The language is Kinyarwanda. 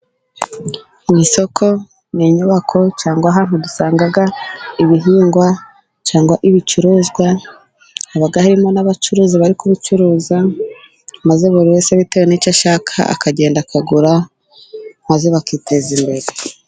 Mu isoko ni inyubako cyangwa hano dusanga ibihingwa cyangwa ibicuruzwa haba harimo n' abacuruzi bari kubicuruza, maze buri wese bitewe n' icyo ashaka akagenda, akagura maze bakiteza imbere.